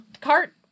cart